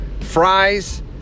fries